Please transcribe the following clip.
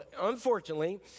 unfortunately